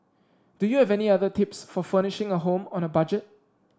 do you have any other tips for furnishing a home on a budget